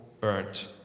burnt